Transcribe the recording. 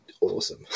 Awesome